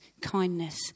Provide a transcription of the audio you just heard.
kindness